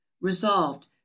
resolved